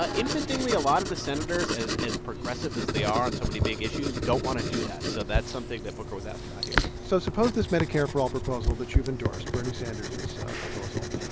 ah interestingly, a lot of the senators, as as progressive as they are on so many big issues, don't want to do that. so that's something that booker was asked about here so suppose this medicare for all proposal that you've endorsed, bernie sanders' proposal,